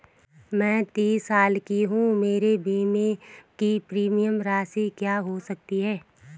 मैं तीस साल की हूँ मेरे बीमे की प्रीमियम राशि क्या हो सकती है?